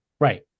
Right